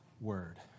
word